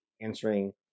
answering